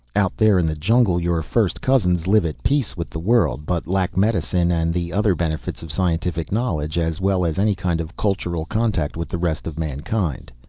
out there in the jungle, your first cousins live at peace with the world, but lack medicine and the other benefits of scientific knowledge, as well as any kind of cultural contact with the rest of mankind.